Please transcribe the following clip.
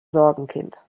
sorgenkind